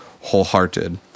wholehearted